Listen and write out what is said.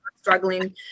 struggling